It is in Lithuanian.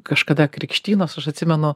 kažkada krikštynos aš atsimenu